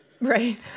Right